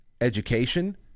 education